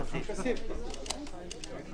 הצבעה ההסתייגות לא אושרה.